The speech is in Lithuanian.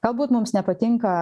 galbūt mums nepatinka